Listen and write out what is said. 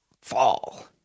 fall